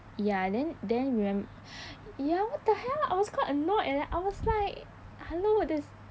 ya and then then remem~ ya what the hell I was quite annoyed eh I was like hello there's